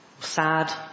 sad